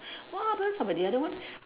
what happens of the other one